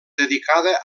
dedicada